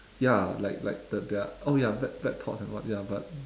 ya like like the their oh ya bad bad thoughts and what ya but